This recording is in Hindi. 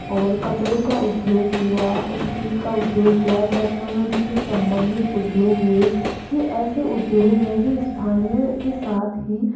और कपड़ों का उद्योग हुआ स्टील का उद्योग हुआ टेक्नोलॉजी से संबंधित उद्योग हुए यह ऐसे उद्योग है जो स्थानीय के साथ ही